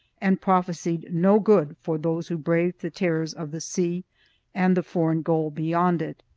and prophesied no good for those who braved the terrors of the sea and the foreign goal beyond it